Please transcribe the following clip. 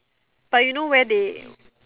but you know where they